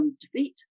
defeat